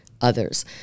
others